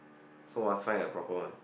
so must find a proper one